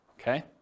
okay